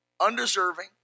undeserving